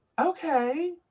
Okay